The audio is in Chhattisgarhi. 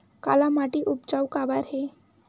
काला माटी उपजाऊ काबर हे?